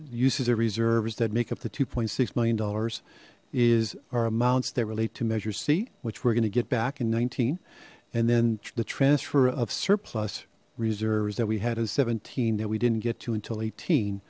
uses of reserves that make up the two six million dollars is our amounts that relate to measure c which we're going to get back in nineteen and then the transfer of surplus reserves that we had a seventeen that we didn't get to until eighteen